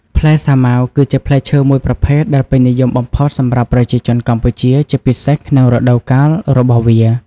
ផ្លែសាវម៉ាវ គឺជាផ្លែឈើមួយប្រភេទដែលពេញនិយមបំផុតសម្រាប់ប្រជាជនកម្ពុជា ជាពិសេសក្នុងរដូវកាលរបស់វា។